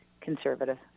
conservative